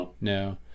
no